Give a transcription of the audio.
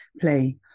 play